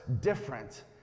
different